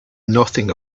nothing